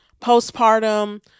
Postpartum